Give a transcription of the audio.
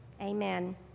Amen